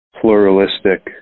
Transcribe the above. pluralistic